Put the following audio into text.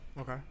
Okay